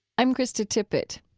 i'm krista tippett.